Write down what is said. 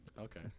Okay